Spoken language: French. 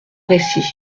récit